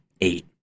eight